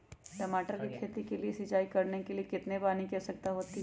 टमाटर की खेती के लिए सिंचाई करने के लिए कितने पानी की आवश्यकता होती है?